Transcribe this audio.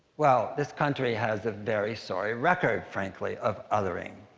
well, this country has a very sorry record, frankly, of othering.